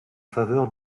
faveur